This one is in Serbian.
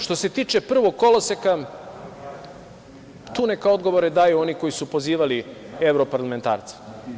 Što se tiče prvog koloseka, tu neka odgovore daju oni koji su pozivali evroparlamentarce.